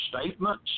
statements